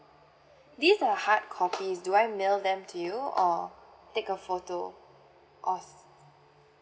these are hard copies do I mail them to you or take a photo of